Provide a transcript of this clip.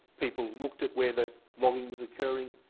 people looked at where the logging is occurring,